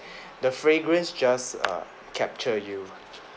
the fragrance just err capture you